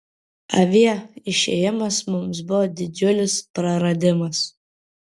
avie išėjimas mums buvo didžiulis praradimas